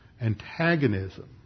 antagonism